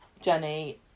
Jenny